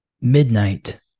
midnight